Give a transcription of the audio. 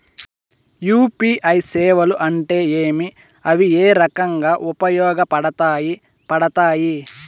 UPI సేవలు అంటే ఏమి, అవి ఏ రకంగా ఉపయోగపడతాయి పడతాయి?